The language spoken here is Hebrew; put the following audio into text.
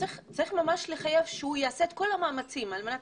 צריך ממש לחייב שהוא יעשה את כל המאמצים על מנת